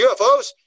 UFOs